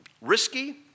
risky